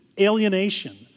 alienation